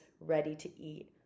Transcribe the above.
ready-to-eat